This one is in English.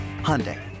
Hyundai